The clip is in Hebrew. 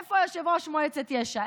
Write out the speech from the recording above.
איפה יושב-ראש מועצת יש"ע?